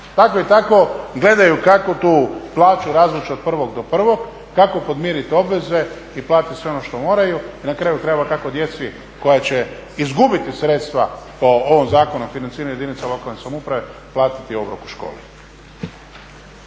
Tako i tako gledaju kako tu plaću razvući od 01. do 01., kako podmiriti obveze i platiti sve ono što moraju i na kraju krajeva, kako djeci koja će izgubiti sredstva po ovom Zakonu o financiranju jedinica lokalne samouprave, platiti obrok u školi.